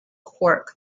cork